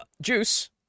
juice